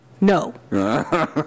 No